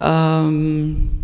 and